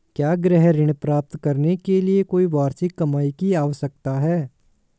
क्या गृह ऋण प्राप्त करने के लिए कोई वार्षिक कमाई की आवश्यकता है?